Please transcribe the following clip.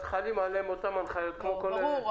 אז חלים עליהם אותן הנחיות כמו --- ברור.